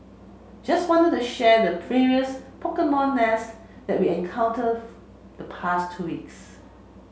just wanna the share the previous Pokemon nest encountered the past two weeks